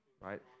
right